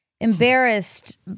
embarrassed